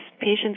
patients